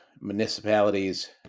municipalities